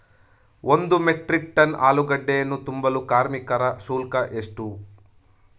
ಒಂದು metric ton ಆಲೂಗೆಡ್ಡೆಯನ್ನು ತುಂಬಲು ಕಾರ್ಮಿಕರ ಶುಲ್ಕ ಎಷ್ಟು?